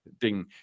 ding